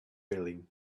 building